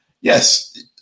yes